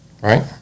Right